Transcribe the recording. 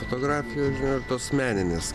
fotografijų ir tos meninės